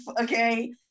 Okay